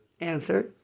Answer